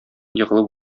егылып